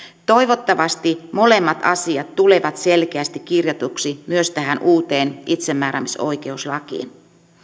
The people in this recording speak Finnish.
toivottavasti molemmat asiat tulevat selkeästi kirjatuiksi myös tähän uuteen itsemääräämisoikeuslakiin